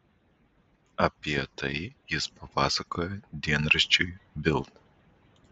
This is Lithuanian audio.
apie tai jis papasakojo dienraščiui bild